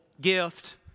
gift